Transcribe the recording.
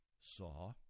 saw